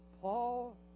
Paul